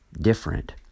different